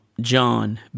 John